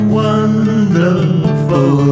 wonderful